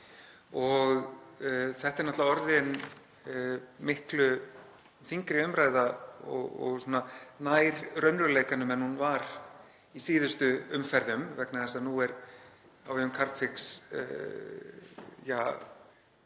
Þetta er náttúrlega orðin miklu þyngri umræða og nær raunveruleikanum en hún var í síðustu umferðum vegna þess að nú eru á vegum Carbfix í